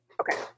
Okay